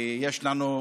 כי יש לנו,